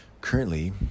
currently